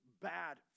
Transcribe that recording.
bad